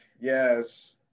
yes